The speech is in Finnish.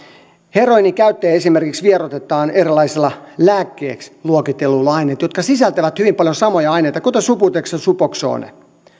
heroiinin käyttäjiä esimerkiksi vieroitetaan erilaisilla lääkkeiksi luokitelluilla aineilla jotka sisältävät hyvin paljon samoja aineita kuten subutex ja suboxone